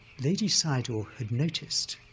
ledi sayadaw had noticed